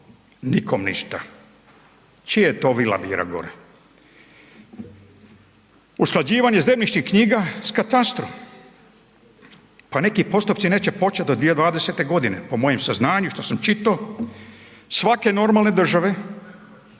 Nikom ništa. Čije je to vila bila gore? Usklađivanje zemljišnih knjiga sa katastrom. Pa neki postupci neće početi do 2020. godine. Po mojem saznanju, što sam čitao, svake normalne države,